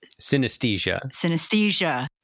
Synesthesia